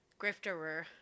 grifterer